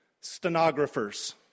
stenographers